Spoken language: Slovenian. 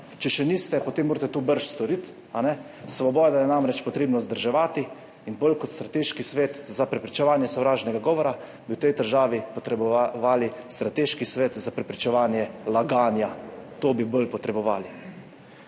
Če še niste, potem morate to brž storiti? Svobodo je namreč potrebno vzdrževati in bolj kot strateški svet za preprečevanje sovražnega govora bi v tej državi potrebovali strateški svet za preprečevanje laganja, to bi bolj potrebovali.